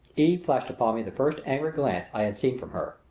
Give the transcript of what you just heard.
eve flashed upon me the first angry glance i had seen from her.